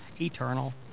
eternal